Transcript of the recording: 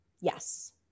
Yes